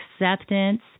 acceptance